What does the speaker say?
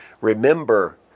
remember